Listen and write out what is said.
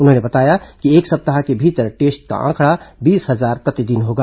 उन्होंने बताया कि एक सप्ताह के भीतर टेस्ट का आंकड़ा बीस हजार प्रतिदिन होगा